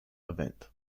event